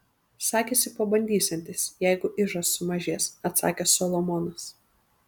sakėsi pabandysiantis jeigu ižas sumažės atsakė solomonas